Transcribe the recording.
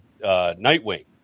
Nightwing